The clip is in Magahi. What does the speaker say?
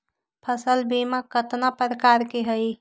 फसल बीमा कतना प्रकार के हई?